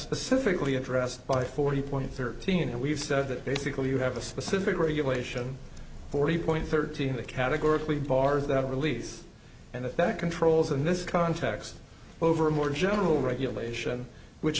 specifically addressed by forty points thirteen and we've said that basically you have a specific regulation forty point thirteen that categorically bars that release and that that controls in this context over a more general regulation which